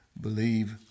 believe